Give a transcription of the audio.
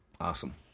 Awesome